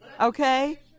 Okay